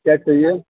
کیا چاہیے